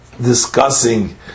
discussing